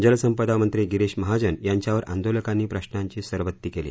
जल संपदा मंत्री गिरीश महाजन यांच्यावर आंदोलकांनी प्रश्नाची सरबत्ती केली